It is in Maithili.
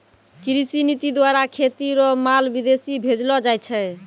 कृषि नीति द्वारा खेती रो माल विदेश भेजलो जाय छै